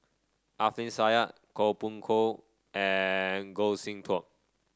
Alfian Sa'at Koh Poh Koon and Goh Sin Tub